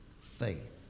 faith